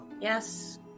Yes